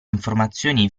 informazioni